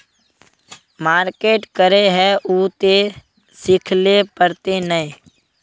Market करे है उ ते सिखले पड़ते नय?